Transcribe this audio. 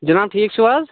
جناب ٹھیٖکھ چھُو حظ